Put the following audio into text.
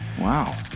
Wow